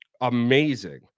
amazing